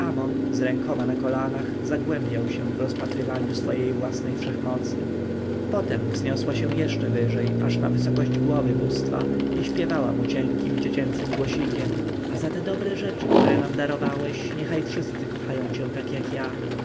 z rękoma na kolanach zagłębiał się w rozpatrywaniu swojej własnej wszechmocy potem wzniosła się jeszcze wyżej aż na wysokość głowy bóstwa i śpiewała mu cienkim dziecięcym głosikiem a za te dobre rzeczy które nam darowałeś niechaj wszyscy kochają cię jak ja